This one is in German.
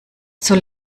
soll